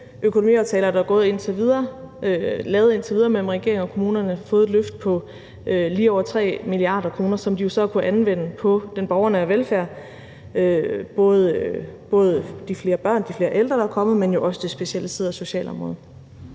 økonomiaftaler, der indtil videre er lavet mellem regeringen og kommunerne, fået et løft på lige over 3 mia. kr., som de jo så kan anvende på den borgernære velfærd, både de flere børn og de flere ældre, der er kommet, men også det specialiserede socialområde.